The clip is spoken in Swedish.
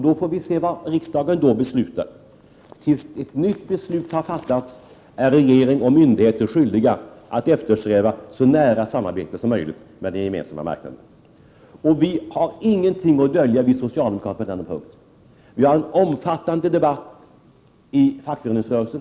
Då får vi se vad riksdagen beslutar. Tills ett nytt beslut har fattats är regering och myndigheter skyldiga att eftersträva ett så nära samarbete som möjligt med den gemensamma marknaden. På denna punkt har vi socialdemokrater ingenting att dölja. Vi har haft en omfattande debatt inom fackföreningsrörelsen.